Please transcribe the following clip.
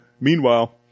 Meanwhile